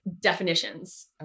definitions